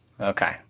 Okay